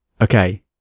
okay